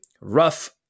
rough